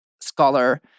scholar